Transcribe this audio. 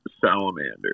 salamander